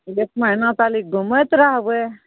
एक महिना खाली घुमैत रहबै